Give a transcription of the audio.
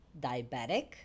diabetic